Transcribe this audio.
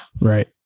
Right